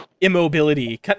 immobility